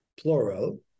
plural